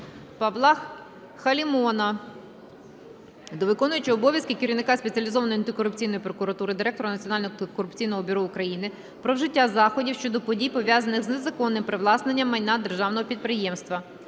Павла Халімона до виконувача обов'язків керівника Спеціалізованої антикорупційної прокуратури, Директора Національного антикорупційного бюро України про вжиття заходів щодо подій, пов'язаних з незаконним привласненням майна державного підприємства.